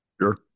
Sure